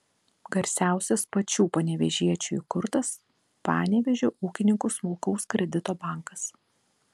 garsiausias pačių panevėžiečių įkurtas panevėžio ūkininkų smulkaus kredito bankas